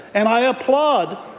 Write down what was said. and i applaud